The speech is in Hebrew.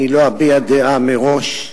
אני לא אביע דעה מראש,